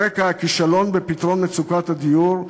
על רקע הכישלון בפתרון מצוקת הדיור,